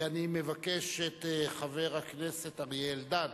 אני מבקש מחבר הכנסת אריה אלדד